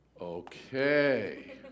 Okay